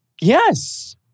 Yes